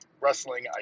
wrestling